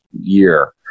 year